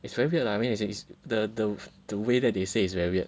it's very weird lah I mean as in the the way that they say is very weird